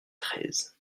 treize